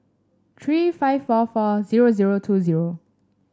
three five four four zero zero two zero